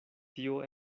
tio